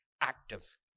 active